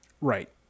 right